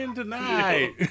tonight